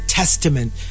testament